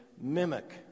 mimic